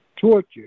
torture